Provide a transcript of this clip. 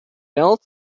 built